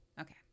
Okay